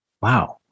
Wow